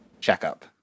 checkup